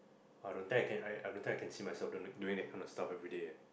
I don't think I can I I don't think I can see myself doing doing that kind of stuff everyday ah